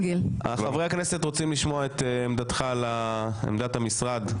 חברי הכנסת רוצים לשמוע את עמדתך, את עמדת המשרד.